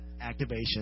activation